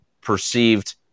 perceived